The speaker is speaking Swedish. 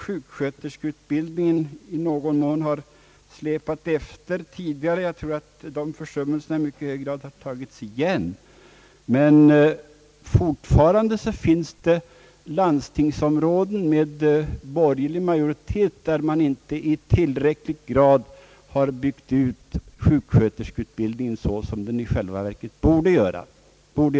Sjuksköterskeutbildningen har i någon mån släpat efter, men denna eftersläpning har i hög grad tagits igen. Fortfarande finns det dock landstingsområden och städer utanför landsting med borgerlig majoritet där man inte i tillräcklig grad har byggt ut sjuksköterskeutbildningen så som man i själva verket borde ha gjort.